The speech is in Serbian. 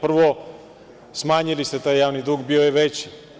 Prvo, smanjili ste taj javni dug, bio je veći.